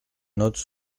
notes